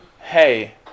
Hey